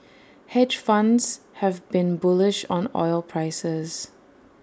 hedge funds have been bullish on oil prices